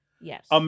Yes